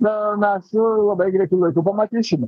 na mes labai greitu laiku pamatysim